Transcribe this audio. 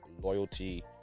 loyalty